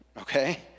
Okay